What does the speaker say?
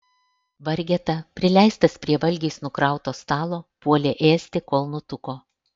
vargeta prileistas prie valgiais nukrauto stalo puolė ėsti kol nutuko